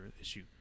issue